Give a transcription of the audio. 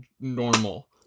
normal